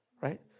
right